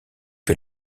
que